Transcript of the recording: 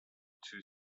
two